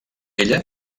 ella